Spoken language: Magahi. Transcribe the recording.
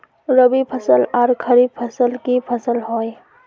रवि फसल आर खरीफ फसल की फसल होय?